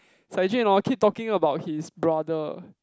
Cai-Jun hor keep talking about his brother